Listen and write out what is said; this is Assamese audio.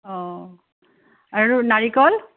অ' আৰু নাৰিকল